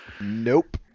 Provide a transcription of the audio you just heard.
Nope